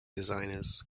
designers